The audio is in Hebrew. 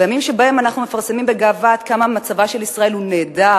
בימים שבהם אנחנו מפרסמים בגאווה עד כמה מצבה של ישראל הוא נהדר